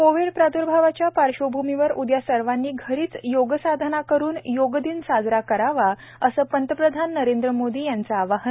Covid प्रादर्भावाच्या पार्श्वभूमीवर उदया सर्वांनी घरीच योगसाधना करुन योग दिन साजरा करावा असे प्रधानमंत्री नरेंद्र मोदी यांचे आवाहन